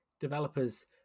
developers